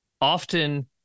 often